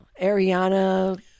Ariana